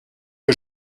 que